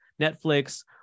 Netflix